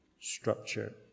structure